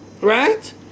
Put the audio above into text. right